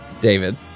David